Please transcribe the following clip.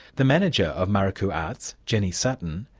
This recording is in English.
the manager of maruku arts, jenny sutton,